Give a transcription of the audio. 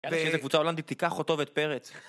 שאיזו קבוצה הולנדית תיקח אותו ואת פרץ